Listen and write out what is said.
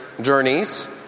journeys